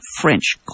French